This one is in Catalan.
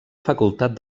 facultat